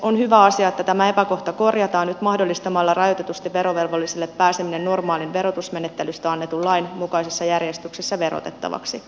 on hyvä asia että tämä epäkohta korjataan nyt mahdollistamalla rajoitetusti verovelvollisille pääseminen normaalin verotusmenettelystä annetun lain mukaisessa järjestyksessä verotettavaksi